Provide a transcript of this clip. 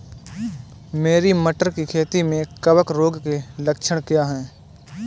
मेरी मटर की खेती में कवक रोग के लक्षण क्या हैं?